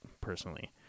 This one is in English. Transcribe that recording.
personally